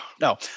No